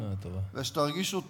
ושתרגישו טוב.